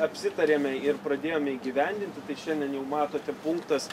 apsitarėme ir pradėjome įgyvendinti tai šiandien jau matote punktas